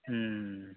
ಹ್ಞೂ